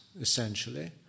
essentially